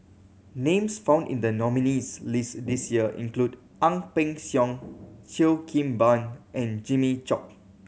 names found in the nominees' list this year include Ang Peng Siong Cheo Kim Ban and Jimmy Chok